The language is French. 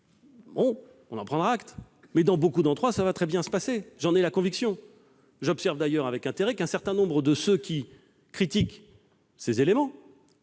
va être très difficile, mais dans beaucoup d'autres, tout va bien se passer- j'en ai la conviction. J'observe d'ailleurs avec intérêt qu'un certain nombre de ceux qui critiquent ces éléments